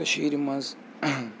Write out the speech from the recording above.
کٔشیٖرِ منٛز